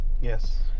Yes